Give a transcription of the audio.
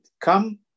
come